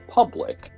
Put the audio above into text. public